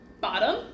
bottom